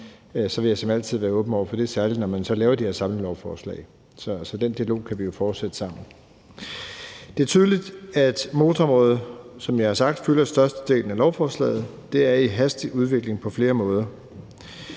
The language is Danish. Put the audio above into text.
op, vil jeg som altid være åben over for det, særlig når man så laver de her samlelovforslag. Så den dialog kan vi jo fortsætte sammen. Det er tydeligt, at motorområdet, som jeg har sagt, fylder størstedelen af lovforslaget. Det er i hastig udvikling på flere måder,